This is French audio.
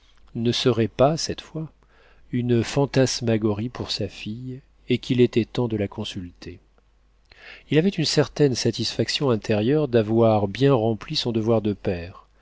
ne serait pas cette fois une fantasmagorie pour sa fille et qu'il était temps de la consulter il avait une certaine satisfaction intérieure d'avoir bien rempli son devoir de père